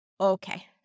okay